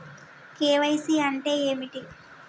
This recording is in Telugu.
కే.వై.సీ అంటే ఏమిటి?